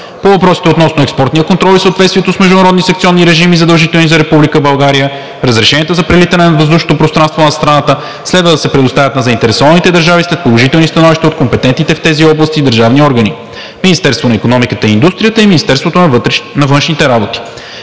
По въпросите относно експортния контрол и съответствието с международните секционни режими, задължителни за Република България, разрешенията за прелитане над въздушното пространство на страната следва да се предоставят на заинтересованите държави след положителни становища от компетентните в тези области държавни органи – Министерството на икономиката и индустрията и Министерството на външните работи.